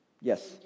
Yes